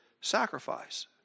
sacrifice